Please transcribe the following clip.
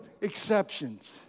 exceptions